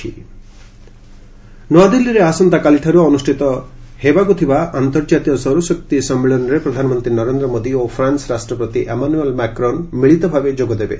solar conference ନ୍ତଆଦିଲ୍ଲୀରେ ଆସନ୍ତାକାଲିଠାରୁ ଅନୁଷ୍ଠିତ ହେବାକୁ ଥିବା ଆନ୍ତର୍ଜାତୀୟ ସୌରଶକ୍ତି ସମ୍ମିଳନୀରେ ପ୍ରଧାନମନ୍ତ୍ରୀ ନରେନ୍ଦ୍ର ମୋଦି ଓ ଫ୍ରାନ୍ ରାଷ୍ଟ୍ରପତି ଏମାନୁଏଲ୍ ମାକ୍ରନ୍ ମିଳିତ ଭାବେ ଯୋଗ ଦେବେ